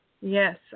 Yes